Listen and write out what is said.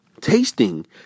tasting